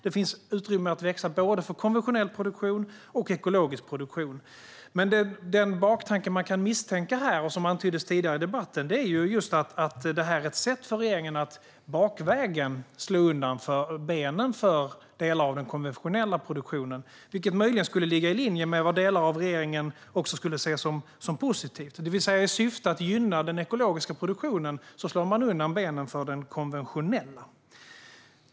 Det finns utrymme att växa både för konventionell produktion och för ekologisk produktion. Den baktanke som man misstänka här, och som antyddes tidigare i debatten, är att detta är ett sätt för regeringen att bakvägen slå undan benen för delar av den konventionella produktionen, vilket möjligen skulle ligga i linje med vad delar av regeringen skulle se som positivt, det vill säga att man har som syfte att gynna den ekologiska produktionen genom att slå undan benen för den konventionella.